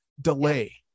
delay